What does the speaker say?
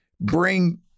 bring